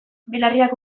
belarriak